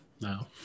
No